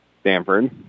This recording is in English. Stanford